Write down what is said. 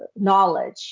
knowledge